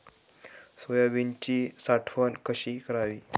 सोयाबीनची साठवण कशी करावी?